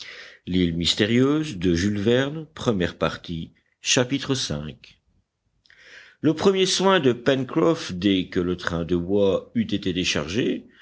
chapitre v le premier soin de pencroff dès que le train de bois eut été déchargé